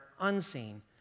unseen